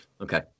Okay